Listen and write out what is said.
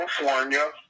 california